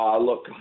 Look